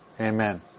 Amen